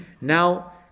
Now